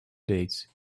days